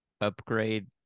upgrade